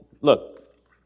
look